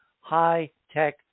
high-tech